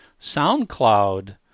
SoundCloud